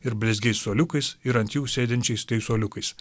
ir blizgiais suoliukais ir ant jų sėdinčiais teisuoliukais